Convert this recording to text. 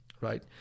right